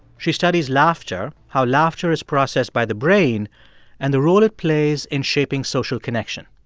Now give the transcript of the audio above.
she studies laughter, how laughter is processed by the brain and the role it plays in shaping social connection.